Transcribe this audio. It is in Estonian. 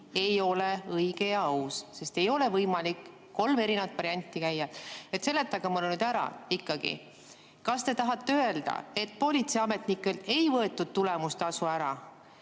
ei ole õige ja aus, sest ei ole võimalik kolme erinevat varianti välja käia. Seletage mulle ära ikkagi, kas te tahate öelda, et politseiametnikelt ei võetud tulemustasu ära,